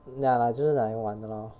ya lah 就是来拿来玩的 lor